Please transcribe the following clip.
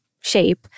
shape